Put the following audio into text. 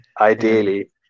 ideally